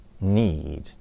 need